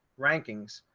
rankings?